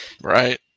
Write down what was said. right